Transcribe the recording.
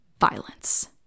violence